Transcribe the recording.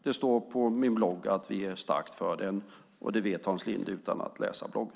Det står på min blogg att vi är starkt för den, och det vet Hans Linde utan att läsa bloggen.